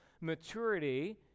maturity